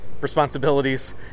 responsibilities